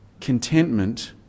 contentment